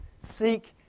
Seek